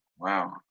Wow